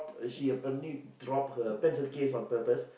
she apparently dropped her pencil case on purpose